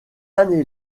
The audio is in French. année